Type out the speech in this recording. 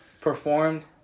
performed